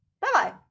Bye-bye